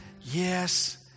yes